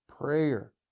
prayer